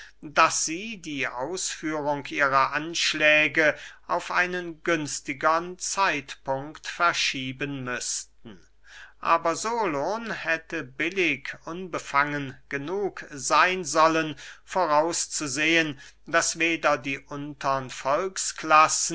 daß sie die ausführung ihrer anschläge auf einen günstigern zeitpunkt verschieben müßten aber solon hätte billig unbefangen genug seyn sollen vorauszusehen daß weder die untern